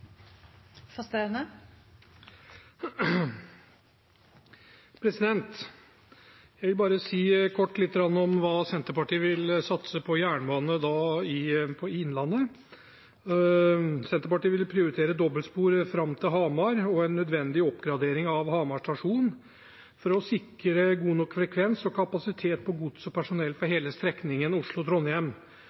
Jeg vil bare kort si lite grann om hva Senterpartiet vil satse på når det gjelder jernbane i Innlandet. Senterpartiet vil prioritere dobbeltspor fram til Hamar og en nødvendig oppgradering av Hamar stasjon for å sikre god nok frekvens og kapasitet på gods og persontrafikk på hele strekningen